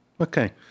Okay